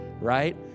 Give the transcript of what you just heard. right